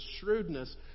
shrewdness